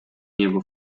niebo